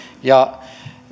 ja